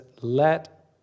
let